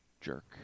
jerk